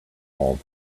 all